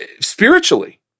spiritually